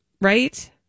Right